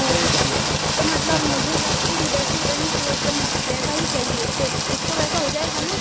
okay تو مطلب مجھے ذرا بھی اِدھر سے ادھر نہیں چاہیے ایک دم ویسا ہی چاہیے تو ڈٹو ویسا ہو جائے گا نا